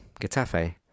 Getafe